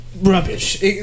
Rubbish